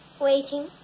Waiting